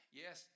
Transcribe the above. yes